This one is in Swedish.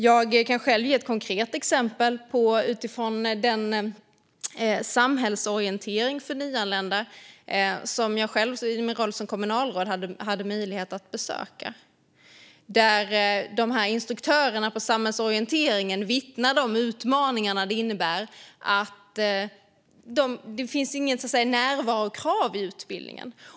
Jag kan ge ett konkret exempel utifrån den samhällsorientering för nyanlända som jag själv i min roll som kommunalråd hade möjlighet att besöka. Instruktörerna på samhällsorienteringen vittnade om de utmaningar det innebär att det inte finns något närvarokrav på utbildningen.